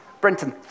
Brenton